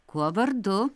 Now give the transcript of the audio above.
kuo vardu